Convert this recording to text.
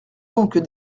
donc